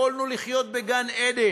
יכולנו לחיות בגן-עדן.